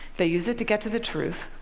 they use it to get to the truth,